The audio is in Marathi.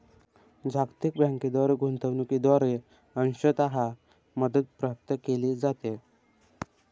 जागतिक बँकेद्वारे गुंतवणूकीद्वारे अंशतः मदत प्राप्त केली जाते